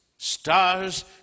Stars